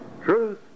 Truth